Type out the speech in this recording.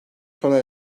sona